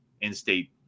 in-state